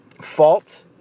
fault